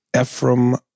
Ephraim